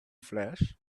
flesh